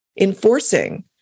enforcing